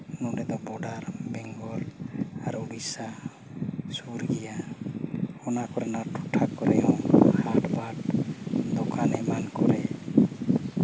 ᱱᱚᱰᱮᱫᱚ ᱵᱳᱰᱟᱨ ᱵᱮᱝᱜᱚᱞ ᱟᱨ ᱳᱰᱤᱥᱟ ᱥᱩᱨ ᱜᱮᱭᱟ ᱚᱱᱟ ᱠᱚᱨᱮᱱᱟᱜ ᱴᱚᱴᱷᱟ ᱠᱚᱨᱮ ᱦᱚᱸ ᱦᱟᱴᱼᱵᱟᱴ ᱫᱳᱠᱟᱱ ᱮᱢᱟᱱ ᱠᱚᱨᱮ